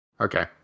Okay